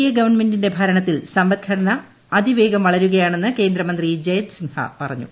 A ഗവണ്മെന്റിന്റെ ഭരണത്തിൽ സമ്പദ്ഘടന അതിവേഗം വളരുകയാണെന്ന് കേന്ദ്രമന്ത്രി ജയന്ത് സിൻഹ പറഞ്ഞു